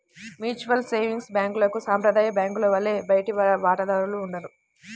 mutual savings బ్యాంక్లకు సాంప్రదాయ బ్యాంకుల వలె బయటి వాటాదారులు ఉండరు